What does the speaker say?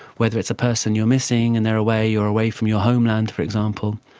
whether it's a person you're missing and they are away, you're away from your homeland for example.